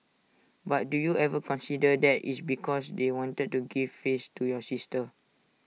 but do you ever consider that IT is because they wanted to give face to your sister